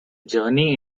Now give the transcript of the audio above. journey